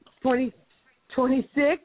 Twenty-twenty-six